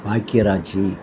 Bhagyaraj